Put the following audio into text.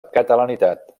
catalanitat